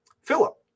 Philip